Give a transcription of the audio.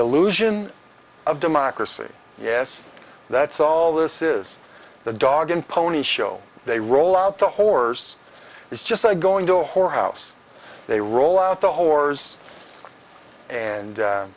illusion of democracy yes that's all this is the dog and pony show they roll out the whores it's just going to whore house they roll out the whores and